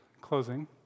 closing